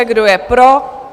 Kdo je pro?